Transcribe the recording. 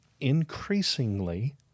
increasingly